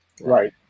Right